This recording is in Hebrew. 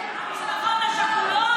נגד המשפחות השכולות?